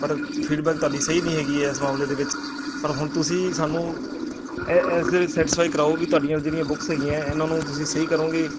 ਪਰ ਫੀਡਬੈਕ ਤੁਹਾਡੀ ਸਹੀ ਨਹੀਂ ਹੈਗੀ ਐ ਇਸ ਮਾਮਲੇ ਦੇ ਵਿੱਚ ਪਰ ਹੁਣ ਤੁਸੀਂ ਸਾਨੂੰ ਇਸ ਦੇ ਵਿੱਚ ਸੈਟਿਸਫਾਈ ਕਰਾਓ ਵੀ ਤੁਹਾਡੀਆਂ ਜਿਹੜੀਆਂ ਬੁੱਕਸ ਹੈਗੀਆਂ ਇਹਨਾਂ ਨੂੰ ਤੁਸੀਂ ਸਹੀ ਕਰੋਗੇ